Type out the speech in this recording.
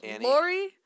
Lori